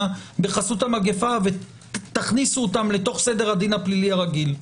בחסות המגפה ותכניסו אותם לסדר הדין הפלילי הרגיל.